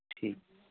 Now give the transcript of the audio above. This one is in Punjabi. ਠੀਕ